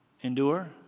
endure